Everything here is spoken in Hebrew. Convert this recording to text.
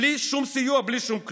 בלי שום סיוע, בלי שום כלום.